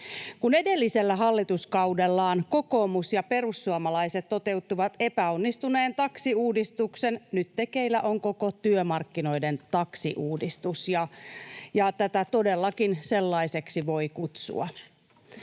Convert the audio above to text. Kun edellisellä hallituskaudellaan kokoomus ja perussuomalaiset toteuttivat epäonnistuneen taksiuudistuksen, nyt tekeillä on koko työmarkkinoiden taksiuudistus — ja tätä todellakin sellaiseksi voi kutsua.